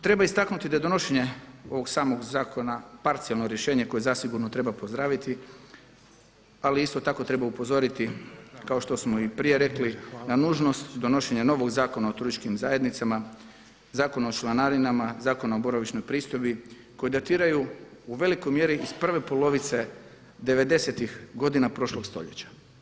Treba istaknuti da je donošenje ovog samog zakona parcijalno rješenje koje zasigurno treba pozdraviti ali isto tako treba upozoriti kao što smo i prije rekli na nužnost donošenja novog Zakona o turističkim zajednicama, Zakona o članarinama, Zakona o boravišnoj pristojbi koji datiraju u velikoj mjeri iz prve polovice '90.-tih godina prošlog stoljeća.